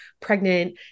pregnant